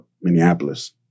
Minneapolis